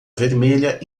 vermelha